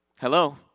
Hello